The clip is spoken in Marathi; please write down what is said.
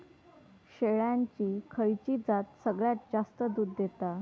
शेळ्यांची खयची जात सगळ्यात जास्त दूध देता?